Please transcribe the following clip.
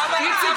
לא?